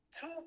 two